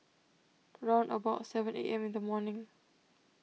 round about seven A M in the morning